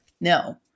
no